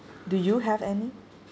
do you have any